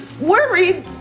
worried